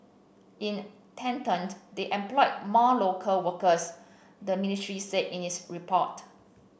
in the tandem they employed more local workers the ministry said in its report